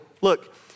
look